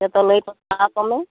ᱡᱷᱚᱛᱚ ᱞᱟᱹᱤ ᱠᱟ ᱠᱚᱢᱮ